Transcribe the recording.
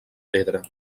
pedra